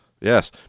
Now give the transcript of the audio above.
Yes